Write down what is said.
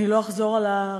אני לא אחזור על הרשימה.